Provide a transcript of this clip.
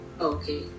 okay